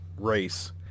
race